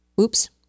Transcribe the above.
Oops